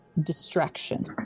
distraction